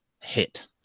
hit